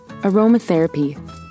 Aromatherapy